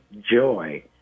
joy